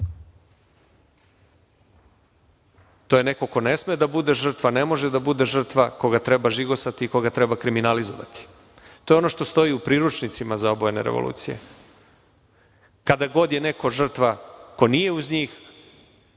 to je neko ko ne sme da bude žrtva, ne može da bude žrtva, koga treba žigosati i koga treba kriminalizovati, To je ono što postoji u priručnicima za obojene revolucije. Kada god je neko žrtva ko nije uz njih